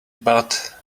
but